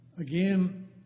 Again